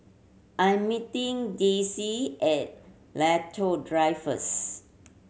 I'm meeting Dicie at Lentor Drive first